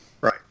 Right